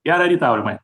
gerą rytą aurimai